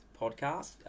podcast